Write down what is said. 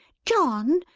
john?